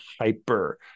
hyper